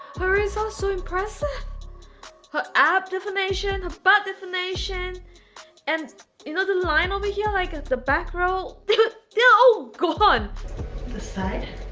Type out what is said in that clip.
is also impressive her app definition of bad information and you know the line over here like at the back roll no go on the side